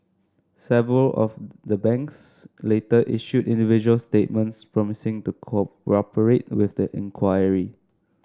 several of the banks later issued individual statements promising to cooperate with the inquiry